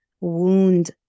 wound